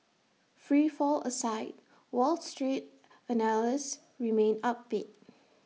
free fall aside wall street analysts remain upbeat